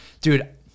dude